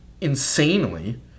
insanely